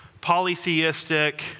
polytheistic